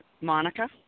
Monica